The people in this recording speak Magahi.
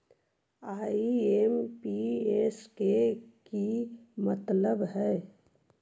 आई.एम.पी.एस के कि मतलब है?